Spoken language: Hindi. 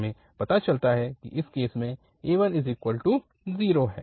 हमें पता चलता है कि इस केस में a1 0 है